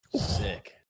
Sick